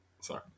sorry